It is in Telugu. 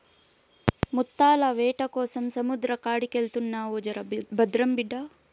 ముత్తాల వేటకోసం సముద్రం కాడికెళ్తున్నావు జర భద్రం బిడ్డా